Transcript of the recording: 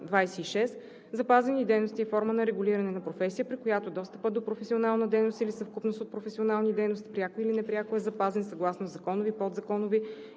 26. „Запазени дейности“ е форма на регулиране на професия, при която достъпът до професионална дейност или съвкупност от професионални дейности пряко или непряко е запазен съгласно законови, подзаконови